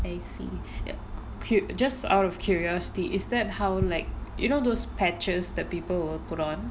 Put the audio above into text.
I see ya cute just out of curiosity is that how like you know those patches that people put on